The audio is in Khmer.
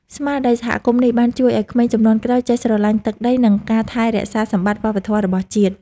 ស្មារតីសហគមន៍នេះ បានជួយឱ្យក្មេងជំនាន់ក្រោយចេះស្រឡាញ់ទឹកដី និងការថែរក្សាសម្បត្តិវប្បធម៌របស់ជាតិ។